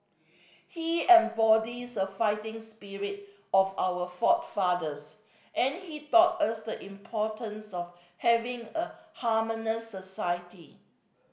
he embodies the fighting spirit of our forefathers and he taught us the importance of having a harmonious society